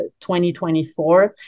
2024